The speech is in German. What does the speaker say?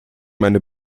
meine